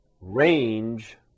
range